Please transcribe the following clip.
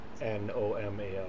N-O-M-A-L